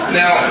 now